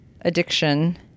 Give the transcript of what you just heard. addiction